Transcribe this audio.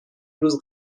روز